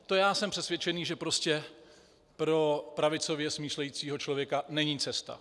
To, já jsem přesvědčený, prostě pro pravicově smýšlejícího člověka není cesta.